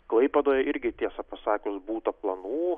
klaipėdoje irgi tiesą pasakius būta planų